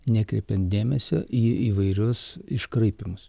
nekreipiant dėmesio į įvairius iškraipymus